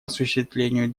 осуществлению